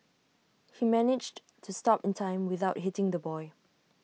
he managed to stop in time without hitting the boy